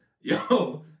Yo